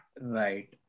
Right